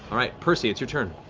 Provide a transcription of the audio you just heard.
all right. percy, it's your turn.